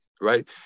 right